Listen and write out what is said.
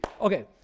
Okay